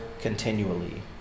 continually